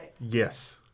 Yes